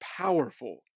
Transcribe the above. powerful